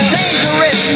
Dangerous